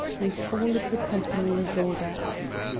with all its accompanying drawbacks.